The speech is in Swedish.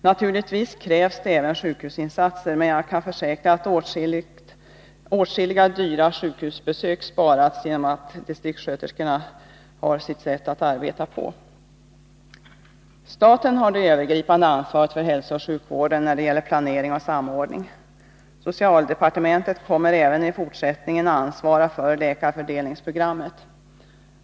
Naturligtvis krävs det även sjukhusinsatser, men jag kan försäkra att åtskilliga, dyra sjukhusbesök har sparats genom att distriktssköterskorna har sitt sätt att arbeta på. Staten har det övergripande ansvaret för hälsooch sjukvården när det gäller planering och samordning. Socialdepartementet kommer även i fortsättningen att ansvara för läkarfördelningsprogrammet.